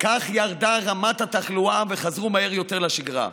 כך ירדה רמת התחלואה וחזרו מהר יותר לשגרה.